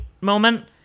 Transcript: moment